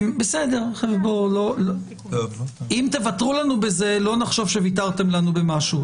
אם תוותרו לנו בזה לא נחשוב שוויתרתם לנו במשהו.